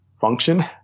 function